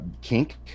kink